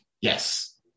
Yes